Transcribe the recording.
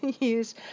use